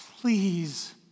Please